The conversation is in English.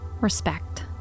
respect